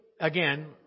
again